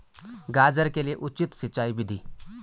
गाजर के लिए उचित सिंचाई विधि?